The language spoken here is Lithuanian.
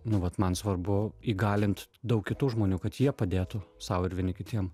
nu vat man svarbu įgalint daug kitų žmonių kad jie padėtų sau ir vieni kitiem